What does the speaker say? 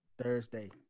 Thursday